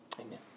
Amen